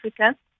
Africa